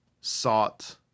sought